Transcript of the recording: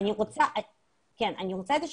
כן, אני רוצה את השיקולים,